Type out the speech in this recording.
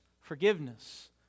forgiveness